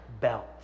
belt